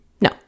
No